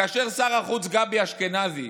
כאשר שר החוץ גבי אשכנזי